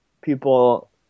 people